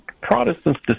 Protestants